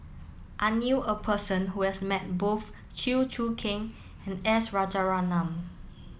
I knew a person who has met both Chew Choo Keng and S Rajaratnam